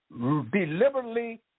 deliberately